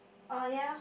uh ya